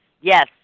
Yes